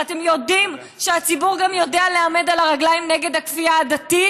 ואתם יודעים שהציבור יודע להיעמד על הרגליים גם נגד הכפייה הדתית,